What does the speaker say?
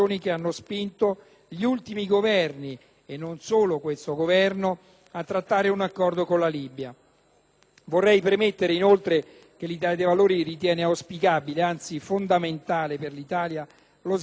Vorrei premettere, inoltre, che l'Italia dei Valori ritiene auspicabile, anzi fondamentale, per l'Italia lo sviluppo di una rete di relazioni bilaterali e di un sistema di accordi multilaterali nell'area del Mediterraneo.